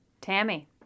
Tammy